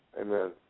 amen